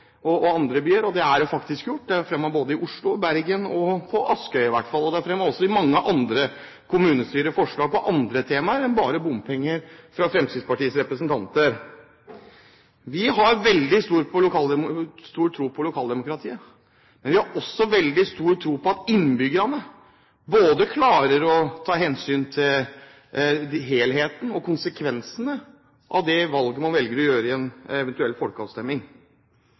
Oslo og andre byer. Det er det faktisk gjort. Det er fremmet både i Oslo og Bergen og på Askøy i hvert fall, og også i mange andre kommunestyrer er det fremmet forslag på andre temaer enn bare bompenger fra Fremskrittspartiets representanter. Vi har veldig stor tro på lokaldemokratiet, men vi har også veldig stor tro på at innbyggerne klarer å ta hensyn til både helheten og konsekvensene av det valget man tar i en eventuell folkeavstemning.